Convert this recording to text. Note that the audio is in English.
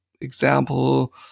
Example